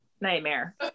nightmare